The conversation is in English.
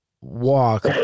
walk